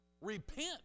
Repent